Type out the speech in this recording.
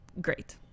great